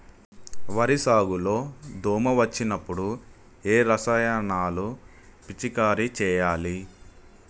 వరి సాగు లో దోమ వచ్చినప్పుడు ఏ రసాయనాలు పిచికారీ చేయాలి?